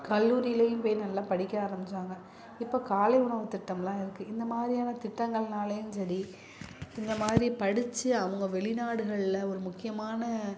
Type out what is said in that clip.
கல்லூரிலேயும் போய் நல்லா படிக்க ஆரம்பிச்சாங்க இப்போ காலை உணவு திட்டம்லாம் இருக்குது இந்த மாதிரியான திட்டங்கள்னாலேயும் சரி இந்த மாதிரி படித்து அவங்க வெளிநாடுகளில் ஒரு முக்கியமான